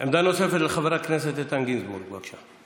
עמדה נוספת, לחבר הכנסת איתן גינזבורג, בבקשה.